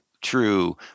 true